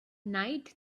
night